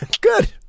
Good